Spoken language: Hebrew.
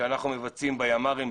שאנחנו מבצעים בימ"רים,